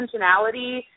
intentionality